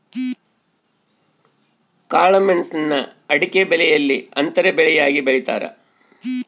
ಕಾಳುಮೆಣುಸ್ನ ಅಡಿಕೆಬೆಲೆಯಲ್ಲಿ ಅಂತರ ಬೆಳೆಯಾಗಿ ಬೆಳೀತಾರ